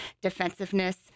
defensiveness